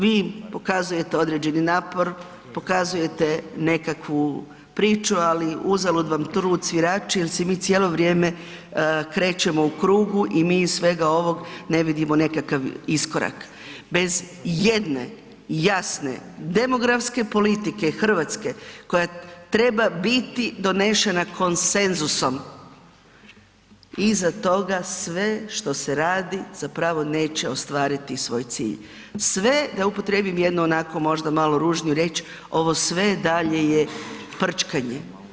Vi pokazujete određeni napor, pokazujete nekakvu priču, ali uzalud vam trud svirači jer se mi cijelo vrijeme krećemo u krugu i mi iz svega ovog ne vidimo nekakav iskorak bez jedne jasne demografske politike Hrvatske koja treba biti donesena konsenzusom, iza toga sve što se radi zapravo neće ostvariti svoj cilj, sve da upotrijebim jednu onako možda malo ružniju riječ, ovo sve dalje je prčkanje.